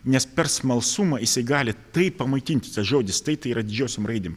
nes per smalsumą jisai gali tai pamaitinti tas žodis tai tai yra didžiosiom raidėm